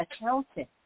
accountant